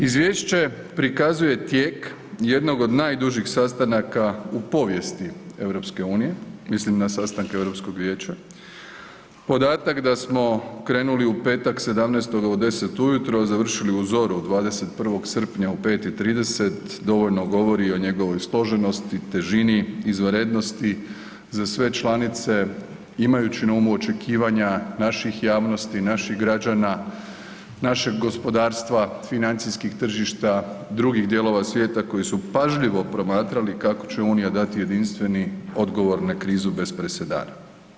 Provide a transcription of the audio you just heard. Izvješće prikazuje tijek jedan od najdužih sastanaka u povijesti EU, mislim na sastanke Europskog vijeća, podatak da smo krenuli u petak 17. u 10:00 ujutro, a završili u zoru 21. srpnja u 5:30 dovoljno govori o njegovoj složenosti, težini, izvanrednosti za sve članice imajući na umu očekivanja naših javnosti, naših građana, našeg gospodarstva, financijskih tržišta drugih dijelova svijeta koji su pažljivo promatrali kako će Unija dati jedinstveni odgovor na krizu bez presedana.